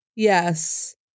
yes